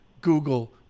google